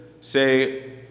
say